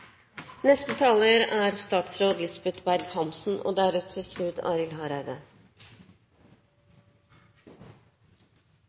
Neste taler er representanten Torgeir Trældal og deretter